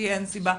כי אין סיבה,